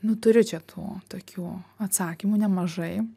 nu turiu čia tų tokių atsakymų nemažai